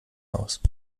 aus